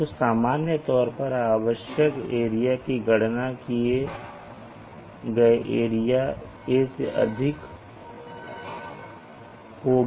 तो सामान्य तौर पर आवश्यक एरिया गणना किए गए एरिया A से अधिक होगी